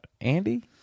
Andy